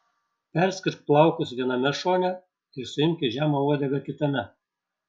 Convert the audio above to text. perskirk plaukus viename šone ir suimk į žemą uodegą kitame